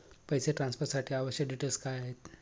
पैसे ट्रान्सफरसाठी आवश्यक डिटेल्स काय आहेत?